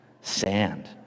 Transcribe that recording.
sand